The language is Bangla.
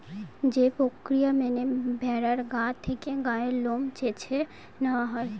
যে প্রক্রিয়া মেনে ভেড়ার গা থেকে গায়ের লোম চেঁছে নেওয়া হয়